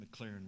McLaren